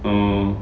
oh